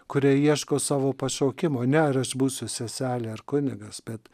kurie ieško savo pašaukimo ne ir aš būsiu seselė ar kunigas bet